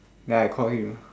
then I call him